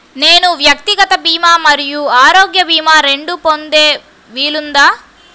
నేను వ్యక్తిగత భీమా మరియు ఆరోగ్య భీమా రెండు పొందే వీలుందా?